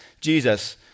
Jesus